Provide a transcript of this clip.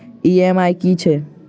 EMI की छैक?